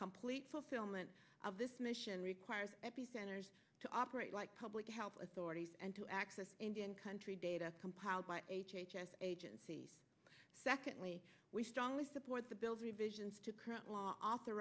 complete fulfillment of this mission requires the centers to operate like public health authorities and to access indian country data compiled by h h s agencies secondly we strongly support the bills revisions to current law author